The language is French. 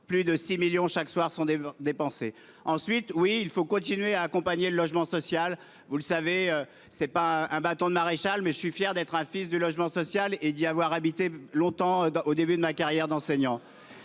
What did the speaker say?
plus de 6 millions d'euros dépensés chaque soir. Oui, il faut continuer d'accompagner le logement social. Ce n'est pas un bâton de maréchal, mais je suis fier d'être un fils du logement social et d'en avoir occupé un longtemps au début de ma carrière d'enseignant.